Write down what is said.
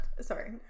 Sorry